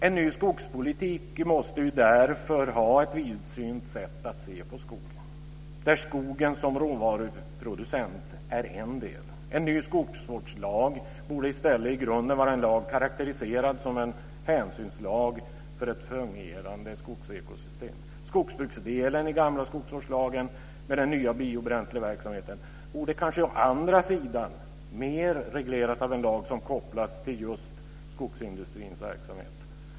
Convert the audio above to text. En ny skogspolitik måste därför innebära ett vidsynt sätt att se på skogen, där skogen som råvaruproducent är en del. En ny skogsvårdslag borde i stället i grunden vara en lag som karakteriseras av hänsyn till ett fungerande skogsekosystem. Skogsbruket, med den nya biobränsleverksamheten, borde kanske mer regleras av en lag som kopplas till just skogsindustrins verksamhet.